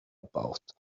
about